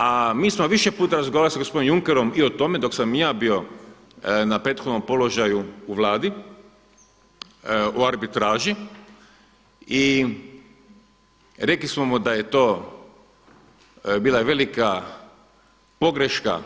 A mi smo više puta razgovarali sa gospodinom Junckerom i o tome dok sam i ja bio na prethodnom položaju u Vladi o arbitraži i rekli smo mu da je to bila velika pogreška